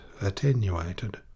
attenuated